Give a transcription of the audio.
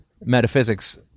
metaphysics